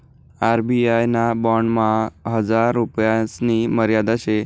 RBI ना बॉन्डमा हजार रुपयासनी मर्यादा शे